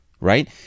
right